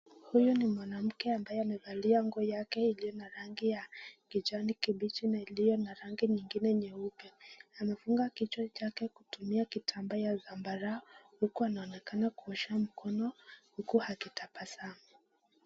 Huyu ni mwanamke ambaye amevalia nguo yake iliyo na rangi ya kijani kibichi na iliyo na rangi nyingine nyeupe. Amefunga kichwa chake kutumia kitambaa ya zambarau huku anaonekana kuosha mkono huku akitabasamu.